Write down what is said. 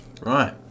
Right